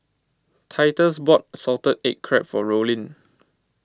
Titus bought Salted Egg Crab for Rollin